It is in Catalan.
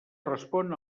respon